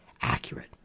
accurate